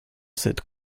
cette